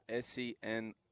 SEN